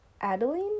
Adeline